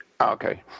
Okay